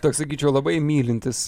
toks sakyčiau labai mylintis